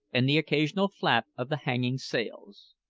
and the occasional flap of the hanging sails.